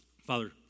Father